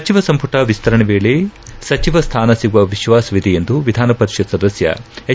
ಸಚಿವ ಸಂಪುಟ ವಿಸ್ತರಣೆ ವೇಳೆ ಸಚಿವ ಸ್ನಾನ ಸಿಗುವ ವಿಶ್ವಾಸವಿದೆ ಎಂದು ವಿಧಾನಪರಿಷತ್ ಸದಸ್ಯ ಹೆಚ್